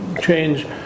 change